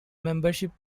membership